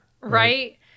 right